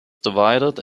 divided